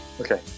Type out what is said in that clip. Okay